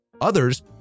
Others